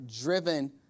driven